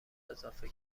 اضافه